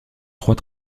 trois